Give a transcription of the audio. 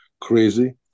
crazy